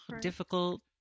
difficult